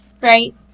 right